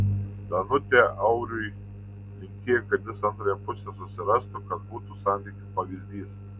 danutė auriui linkėjo kad jis antrąją pusę susirastų kad būtų santykių pavyzdys